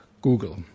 Google